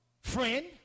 friend